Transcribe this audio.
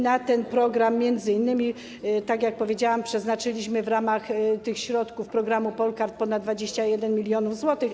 Na ten program m.in., tak jak powiedziałam, przeznaczyliśmy w ramach tych środków programu POLKARD ponad 21 mln zł.